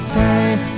time